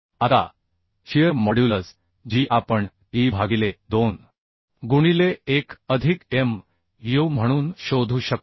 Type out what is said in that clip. आता shear modulus g आपण E भागिले 2 गुणिले 1 अधिक mu म्हणून शोधू शकतो